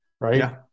right